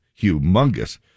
humongous